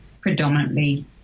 predominantly